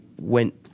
went